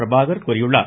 பிரபாகர் கூறியுள்ளார்